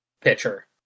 pitcher